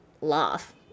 laugh